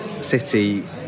City